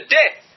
death